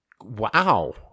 Wow